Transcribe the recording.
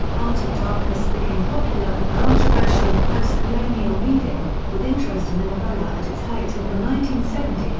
heart of darkness became popular and controversial in post-colonial reading, with interest in the novella at its height in the nineteen seventy s,